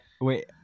Wait